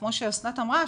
כמו שאסנת אמרה,